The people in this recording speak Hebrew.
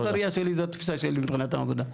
זאת הראיה שלי, זאת התפיסה שלי מבחינת העבודה.